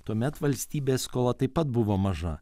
tuomet valstybės skola taip pat buvo maža